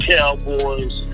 Cowboys